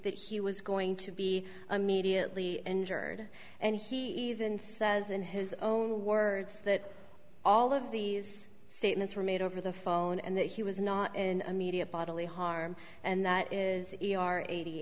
that he was going to be a media injured and he even says in his own words that all of these statements were made over the phone and that he was not in immediate bodily harm and that is e r eighty